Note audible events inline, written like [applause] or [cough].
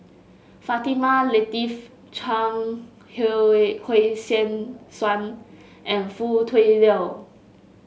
Fatimah Lateef Chuang [unintelligible] Hui [unintelligible] Tsuan and Foo Tui Liew